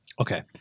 Okay